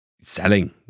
selling